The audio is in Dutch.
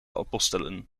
apostelen